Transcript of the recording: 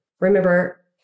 Remember